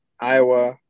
Iowa